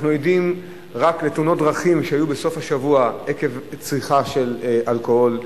אנחנו עדים לתאונות דרכים שהיו בסוף השבוע עקב צריכה של אלכוהול.